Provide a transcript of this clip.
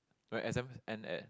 my exams end at